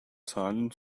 zahlen